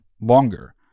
longer